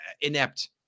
inept